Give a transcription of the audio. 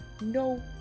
no